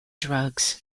drugs